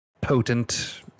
potent